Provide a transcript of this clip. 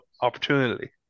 opportunity